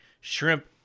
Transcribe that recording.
shrimp